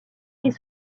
est